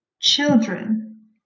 Children